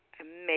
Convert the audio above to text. amazing